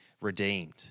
redeemed